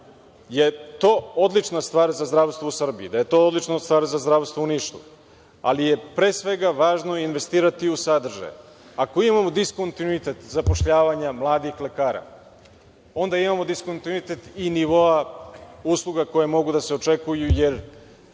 je to odlična stvar za zdravstvo u Srbiji, da je to odlična stvar za zdravstvo u Nišu, ali je pre svega važno investirati u sadržaje. Ako imamo diskontinuitet zapošljavanja mladih lekara, onda imamo diskontinuitet i nivoa usluga koje mogu da se očekuju, jer